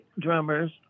drummers